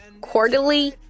quarterly